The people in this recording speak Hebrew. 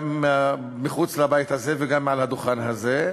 גם מחוץ לבית הזה וגם מעל הדוכן הזה,